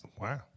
Wow